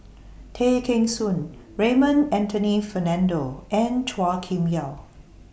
Tay Kheng Soon Raymond Anthony Fernando and Chua Kim Yeow